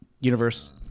universe